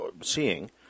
seeing